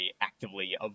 actively